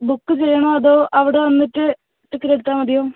book ചെയ്യണോ അതോ അവ്ടെ വന്നിറ്റ് ടിക്കറ്റെടുത്താല് മതിയോ